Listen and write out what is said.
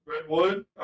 redwood